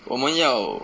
我们要